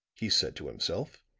he said to himself.